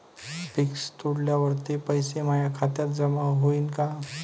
Fix तोडल्यावर ते पैसे माया खात्यात जमा होईनं का?